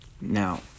Now